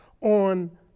on